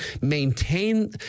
maintain –